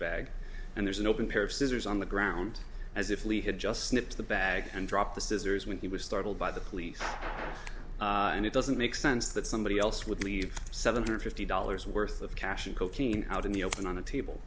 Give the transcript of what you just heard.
bag and there's an open pair of scissors on the ground as if lee had just snipped the bag and dropped the scissors when he was startled by the police and it doesn't make sense that somebody else would leave seven hundred fifty dollars worth of cash and cocaine out in the open on a table